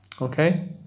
okay